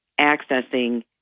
accessing